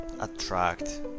attract